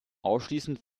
anschließend